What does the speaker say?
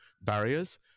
barriers